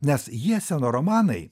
nes hieseno romanai